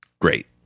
great